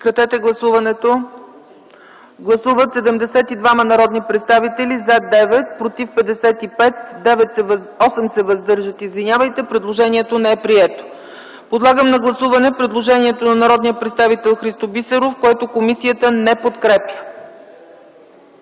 не подкрепя. Гласували 72 народни представители: за 9, против 55, въздържали се 8. Предложението не е прието. Подлагам на гласуване предложението на народния представител Христо Бисеров, което комисията не подкрепя.